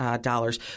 dollars